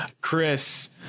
Chris